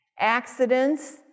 accidents